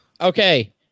Okay